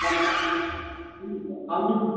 हजुर हजुर सर हजुर